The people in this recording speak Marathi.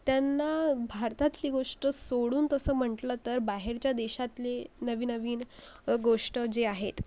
त्यांना भारतातली गोष्ट सोडून तसं म्हटलं तर बाहेरच्या देशातले नवीनवीन गोष्ट जे आहेत